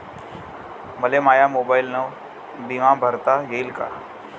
मले माया मोबाईलनं बिमा भरता येईन का?